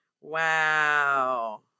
Wow